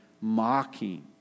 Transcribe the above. mocking